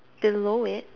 below it